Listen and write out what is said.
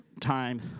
time